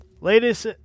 latest